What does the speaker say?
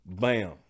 bam